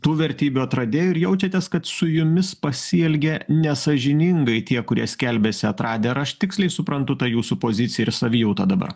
tų vertybių atradėju ir jaučiatės kad su jumis pasielgė nesąžiningai tie kurie skelbiasi atradę ar aš tiksliai suprantu tą jūsų poziciją ir savijautą dabar